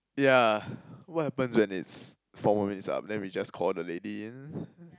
yeah what happens when it's four minutes up then we just call the lady in